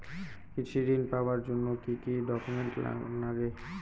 কৃষি ঋণ পাবার জন্যে কি কি ডকুমেন্ট নাগে?